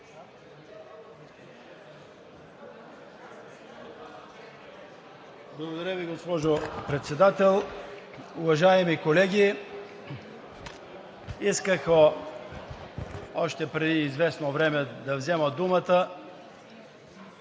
Благодаря Ви, госпожо Председател. Уважаеми колеги, исках още преди известно време да взема думата.